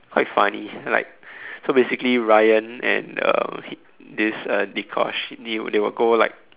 quite funny like so basically Ryan and the he this uh Dee-Kosh they will they will go like